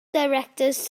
directors